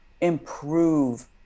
improve